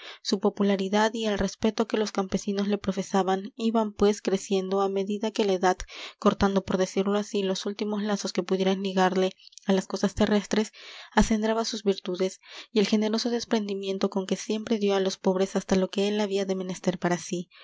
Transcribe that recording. su popularidad y el respeto que los campesinos le profesaban iban pues creciendo á medida que la edad cortando por decirlo así los últimos lazos que pudieran ligarle á las cosas terrestres acendraba sus virtudes y el generoso desprendimiento con que siempre dió á los pobres hasta lo que él había de menester para sí